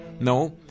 No